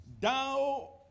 Thou